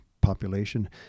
population